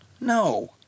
No